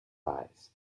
eyes